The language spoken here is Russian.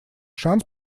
шанс